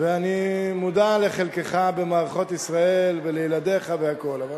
ואני מודע לחלקך במערכות ישראל, לילדיך והכול, אבל